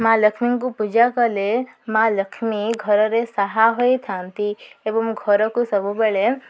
ମା' ଲକ୍ଷ୍ମୀଙ୍କୁ ପୂଜା କଲେ ମା' ଲକ୍ଷ୍ମୀ ଘରରେ ସାହା ହୋଇଥାନ୍ତି ଏବଂ ଘରକୁ ସବୁବେଳେ